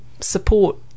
support